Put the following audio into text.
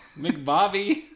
McBobby